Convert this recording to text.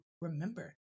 remember